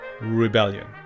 Rebellion